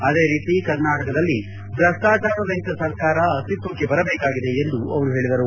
ಅದೇ ರೀತಿ ಕರ್ನಾಟಕದಲ್ಲಿ ಭ್ರಷ್ಟಾಚಾರ ರಹಿತ ಸರ್ಕಾರ ಅಸ್ತಿತ್ವಕ್ಕೆ ಬರಬೇಕಾಗಿದೆ ಎಂದು ಅವರು ಹೇಳಿದರು